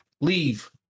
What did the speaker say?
Leave